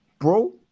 bro